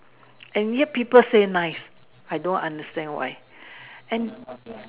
and yet people say nice I don't understand why and